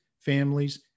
families